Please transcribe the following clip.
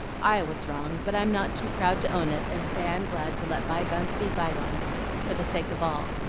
i was wrong, but i'm not too proud to own it and say i'm glad to let by-gones be by-gones for the sake of all.